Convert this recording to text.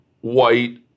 white